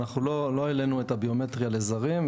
אנחנו לא העלנו את הביומטריה לזרים,